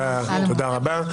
תודה רבה.